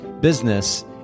business